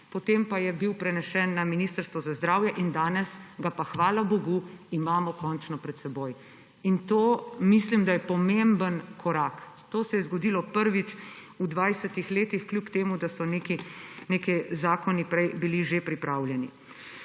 potem pa je bil prenesen na ministrstvo za zdravje in danes ga pa hvala bogu imamo končno pred seboj. Mislim, da je to pomemben korak. To se je zgodilo prvič v dvajsetih letih, čeprav so neki zakoni prej bili že pripravljeni.